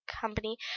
company